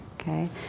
Okay